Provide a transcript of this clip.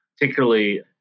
particularly